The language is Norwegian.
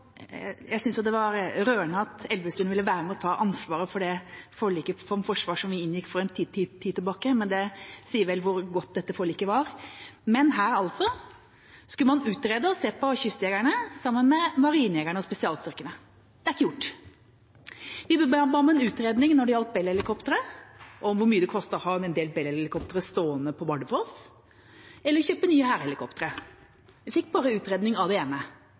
Jeg synes det er rørende at Elvestuen ville være med og ta ansvaret for det forliket om forsvar som vi inngikk for en tid tilbake, men det sier vel hvor godt dette forliket var. Her skulle man utrede og se på kystjegerne sammen med marinejegerne og spesialstyrkene. Det er ikke gjort. Vi ba om en utredning når det gjaldt Bell-helikoptre – om hvor mye det koster å ha en del Bell-helikoptre stående på Bardufoss, eller kjøpe nye hærhelikoptre. Vi fikk bare utredning av det ene.